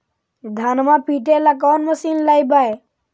धनमा पिटेला कौन मशीन लैबै?